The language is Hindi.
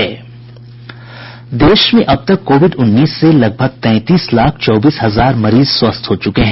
देश में अब तक कोविड उन्नीस से लगभग तैंतीस लाख चौबीस हजार मरीज स्वस्थ हो चुके हैं